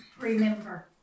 Remember